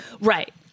Right